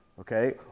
Okay